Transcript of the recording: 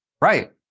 Right